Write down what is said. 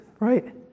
Right